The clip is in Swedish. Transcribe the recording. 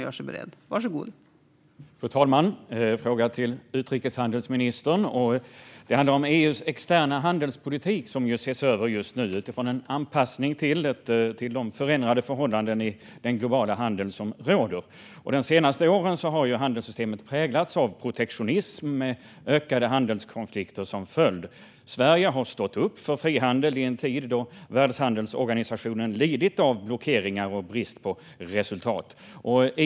Fru talman! Jag har en fråga till utrikeshandelsministern. Det handlar om EU:s externa handelspolitik, som ju ses över just nu med sikte på en anpassning till de förändrade förhållanden som råder i den globala handeln. De senaste åren har handelssystemet präglats av protektionism, med ökade handelskonflikter som följd. Sverige har stått upp för frihandel i en tid då Världshandelsorganisationen lidit av blockeringar och brist på resultat.